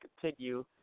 continue